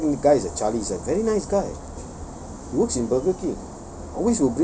that guy is a very nice guy works in burger king